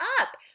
up